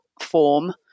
form